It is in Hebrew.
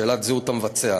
שאלת זהות המבצע.